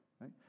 right